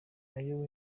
ayo